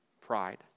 pride